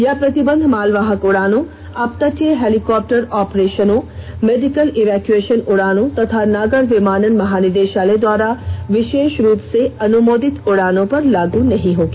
यह प्रतिबंध मालवाहक उड़ानों अपतटीय हैलीकॉप्टर ऑपरेशनों मेडिकल इवैकुएशन उड़नों अथवा नागर विमानन महानिदेशालय द्वारा विशेष रूप से अनुमोदित उड़ानों पर लागू नहीं होगा